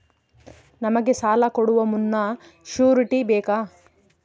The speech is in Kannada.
ನಮಗೆ ಸಾಲ ಕೊಡುವ ಮುನ್ನ ಶ್ಯೂರುಟಿ ಬೇಕಾ?